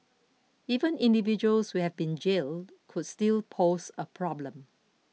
even individuals who have been jailed could still pose a problem